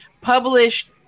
published